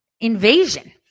invasion